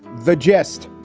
the gist,